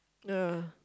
yeah